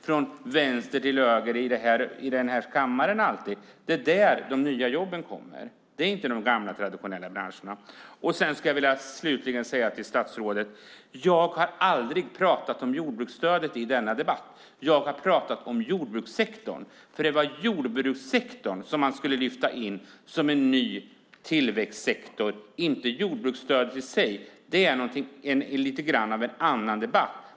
Från vänster till höger här i kammaren säger vi ju alltid att det är där de nya jobben kommer. De kommer inte i de gamla traditionella branscherna. Slutligen skulle jag vilja säga till statsrådet att jag aldrig har pratat om jordbruksstödet i denna debatt. Jag har pratat om jordbrukssektorn. Det var jordbrukssektorn, och inte jordbruksstödet i sig, som man skulle lyfta in som en ny tillväxtsektor. Det är lite grann av en annan debatt.